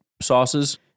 sauces